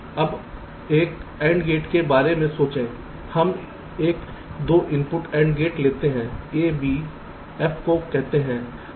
अब एक AND gate के बारे में सोचें हम एक 2 इनपुट AND गेट लेते हैं AB F को कहते हैं